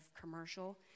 commercial